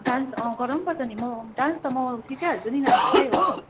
dance अँ गराउनु पर्छ नि म डान्स त म सिकाइहाल्छु नि नानीहरूलाई हो